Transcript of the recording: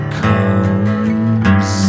comes